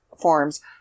forms